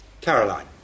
Caroline